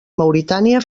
mauritània